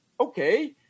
okay